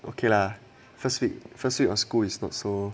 okay lah first week first week of school is not so